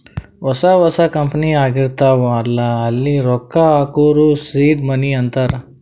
ಹೊಸಾ ಹೊಸಾ ಕಂಪನಿ ಆಗಿರ್ತಾವ್ ಅಲ್ಲಾ ಅಲ್ಲಿ ರೊಕ್ಕಾ ಹಾಕೂರ್ ಸೀಡ್ ಮನಿ ಅಂತಾರ